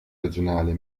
regionale